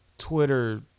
Twitter